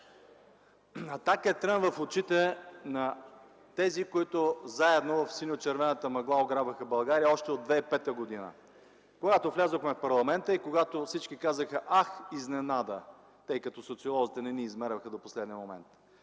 „Атака” е трън в очите на тези, които заедно в синьо-червената мъгла ограбваха България още от 2005 г., когато влязохме в парламента и когато всички казаха: „Ах, изненада!”, тъй като социолозите не ни измерваха до последния момент.